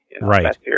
Right